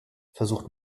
versucht